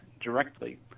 directly